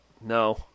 No